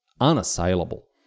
unassailable